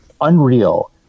unreal